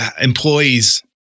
employees